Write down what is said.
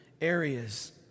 areas